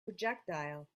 projectile